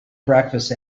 breakfast